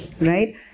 right